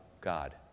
God